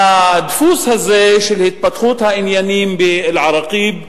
לדפוס הזה של התפתחות העניינים באל-עראקיב,